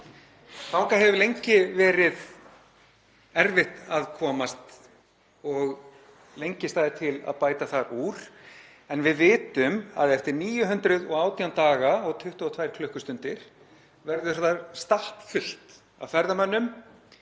Þangað hefur lengi verið erfitt að komast og lengi staðið til að bæta þar úr en við vitum að eftir 918 daga og 22 klukkustundir verður þar stappfullt af ferðamönnum